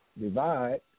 divide